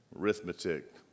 arithmetic